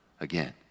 again